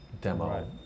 demo